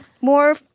more